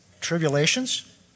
tribulations